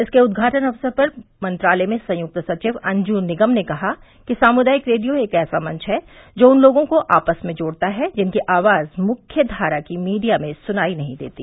इसके उद्घाटन अवसर पर मंत्रालय में संयुक्त सचिव अंजु निगम ने कहा कि सामुदायिक रेडियो एक ऐसा मंच है जो उन लोगों को आपस में जोड़ता है जिनकी आवाज मुख्यघारा की मीडिया में सुनाई नहीं देती